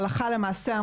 הלכה למעשה,